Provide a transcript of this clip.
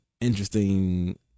interesting